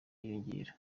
yiyongera